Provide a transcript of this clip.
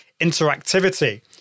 interactivity